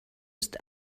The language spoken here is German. ist